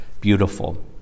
beautiful